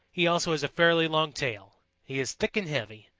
he also has a fairly long tail. he is thick and heavy,